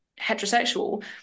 heterosexual